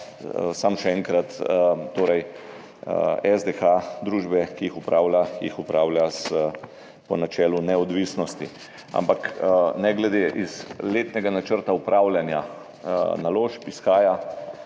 samo še enkrat, SDH družbe, ki jih upravlja, upravlja po načelu neodvisnosti. Ampak ne glede, iz letnega načrta upravljanja naložb izhaja,